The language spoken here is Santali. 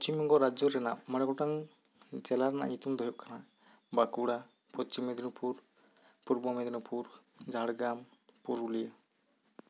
ᱯᱚᱪᱷᱤᱢ ᱵᱚᱝᱜᱚ ᱨᱟᱡᱡᱚ ᱨᱮᱱᱟᱜ ᱢᱚᱬᱮ ᱜᱚᱴᱟᱝ ᱡᱮᱞᱟ ᱨᱮᱱᱟᱜ ᱧᱩᱛᱩᱢ ᱫᱚ ᱦᱩᱭᱩᱜ ᱠᱟᱱᱟ ᱵᱟᱠᱩᱲᱟ ᱯᱚᱥᱪᱷᱤᱢ ᱢᱮᱫᱱᱤᱯᱩᱨ ᱯᱩᱨᱵᱚ ᱢᱮᱫᱱᱤᱯᱩᱨ ᱡᱷᱟᱲᱜᱨᱟᱢ ᱯᱩᱨᱩᱞᱤᱭᱟᱹ